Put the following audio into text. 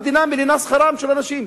המדינה מלינה את שכרם של אנשים,